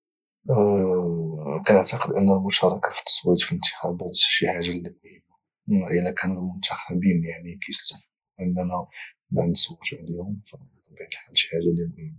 كنعتاقد ان المشاركة في التصويت في الانتخابات شي حاجة مهم الى كانو المنتخبين كيستاحقو اننا نصوتو عليهم فشي حاجة اللي مهمة